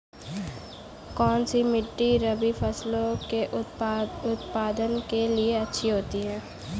कौनसी मिट्टी रबी फसलों के उत्पादन के लिए अच्छी होती है?